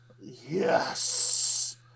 Yes